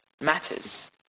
matters